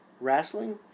Wrestling